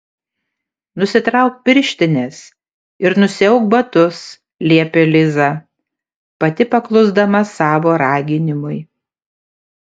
nusitrauk pirštines ir nusiauk batus liepė liza pati paklusdama savo raginimui